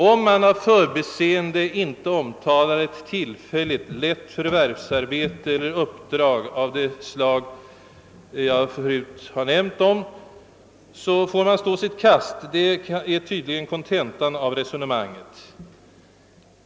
Om man av förbiseende inte omtalar ett tillfälligt lätt förvärvsarbete eller uppdrag av det slag jag nu har nämnt, så får man stå sitt kast, det är tydligen kontentan av resonemanget.